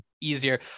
easier